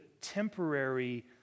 temporary